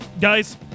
Guys